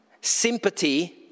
sympathy